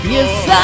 Yes